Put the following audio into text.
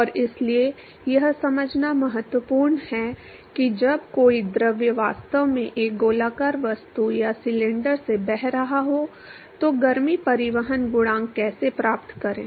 और इसलिए यह समझना महत्वपूर्ण है कि जब कोई द्रव वास्तव में एक गोलाकार वस्तु या सिलेंडर से बह रहा हो तो गर्मी परिवहन गुणांक कैसे प्राप्त करें